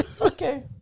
Okay